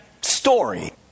story